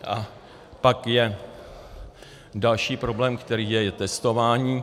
A pak je další problém, kterým je testování.